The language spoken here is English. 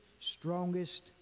strongest